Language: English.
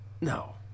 no